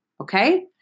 okay